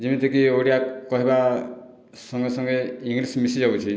ଯେମିତିକି ଓଡ଼ିଆ କହିବା ସଙ୍ଗେ ସଙ୍ଗେ ଇଂଲିଶ୍ ମିଶି ଯାଉଛି